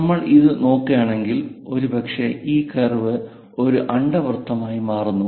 നമ്മൾ ഇത് നോക്കുകയാണെങ്കിൽ ഒരുപക്ഷേ ഈ കർവ് ഒരു അണ്ഡവൃത്തമായി മാറുന്നു